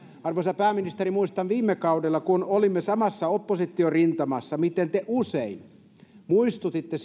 arvoisa pääministeri muistan kun viime kaudella olimme samassa oppositiorintamassa miten te usein muistutitte